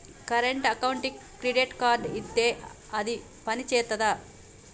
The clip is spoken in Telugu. కరెంట్ అకౌంట్కి క్రెడిట్ కార్డ్ ఇత్తే అది పని చేత్తదా?